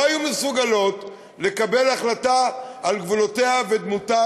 לא היו מסוגלות לקבל החלטה על גבולותיה ודמותה